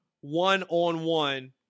one-on-one